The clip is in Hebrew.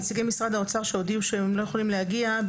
נציגי משרד האוצר שהודיעו שהם לא יכולים להגיע,